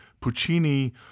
Puccini